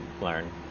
learn